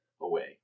away